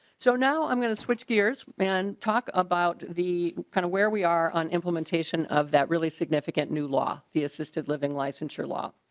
so now i'm going to switch gears and talk about the kind of where we are on implementation of that really significant new law the assisted-living licensure law.